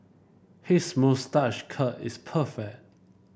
his moustache curl is perfect